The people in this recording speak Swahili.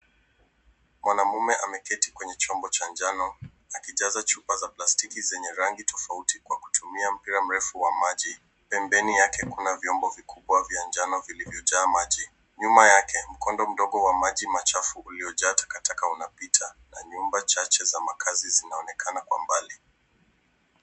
Mwanamume ameketi kwenye chombo cha njano akijaza chupa za plastiki zenye rangi tofauti kwa kutumia mpira mrefu wa maji. Pembeni yake kuna vyombo vikubwa vya njano vilivyojaa maji. Nyuma yake mkondo mdogo wa maji machafu uliojaa takataka unapita na nyumba chache za makazi zinaonekana kwa mbali.